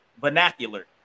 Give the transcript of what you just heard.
vernacular